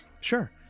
Sure